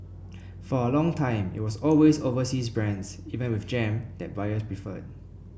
for a long time it was always overseas brands even with jam that buyers preferred